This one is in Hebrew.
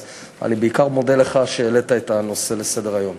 אז אני בעיקר מודה לך על שהעלית את הנושא לסדר-היום.